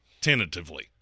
tentatively